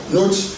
note